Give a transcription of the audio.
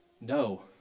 No